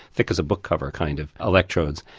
thick as a book cover kind of electrodes.